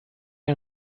are